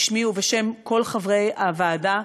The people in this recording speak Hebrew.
בשמי ובשם כל חברי הוועדה,